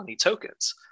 tokens